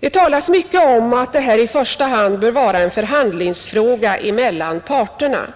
Det talas mycket om att detta i första hand bör vara en förhandlingsfråga för arbetsmarknadens parter.